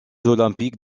olympiques